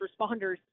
responders